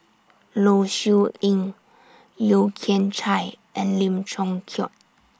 Low Siew Nghee Yeo Kian Chye and Lim Chong Keat